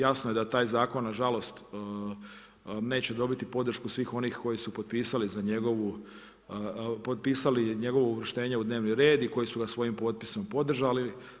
Jasno je da taj zakon na žalost neće dobiti podršku svih onih koji su potpisali za njegovu, potpisali njegovo uvrštenje u dnevni red i koji su ga svojim potpisom podržali.